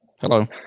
Hello